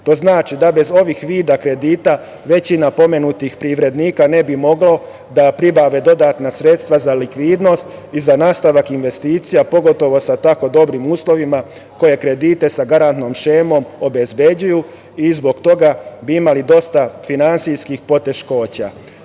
To znači da bez ovih vida kredita većina pomenutih privrednika ne bi mogla da pribavi dodatna sredstva za likvidnost i za nastavak investicija, pogotovo sa tako dobrim uslovima, koje kredite sa garantnom šemom obezbeđuju, i zbog toga bi imali dosta finansijskih poteškoća. Takođe,